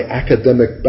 academic